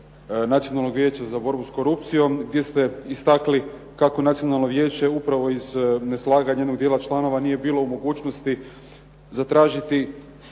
Nacionalnog vijeća za borbu s korupcijom gdje ste istakli kako Nacionalno vijeće upravo iz neslaganja jednog dijela članova nije bilo u mogućnosti zatražiti